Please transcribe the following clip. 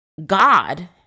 God